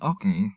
Okay